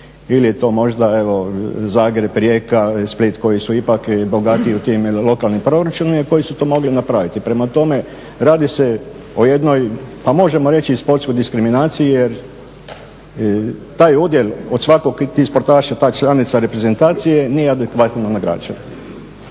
ili je to možda evo Zagreb, Rijeka, Split koji su ipak i bogatiji u tim lokalnim proračunima koji su to mogli napraviti. Prema tome, radi se o jednoj pa možemo reći i sportskoj diskriminaciji jer taj udjel od svakog od tih sportaša tih članica reprezentacije nije adekvatno nagrađen.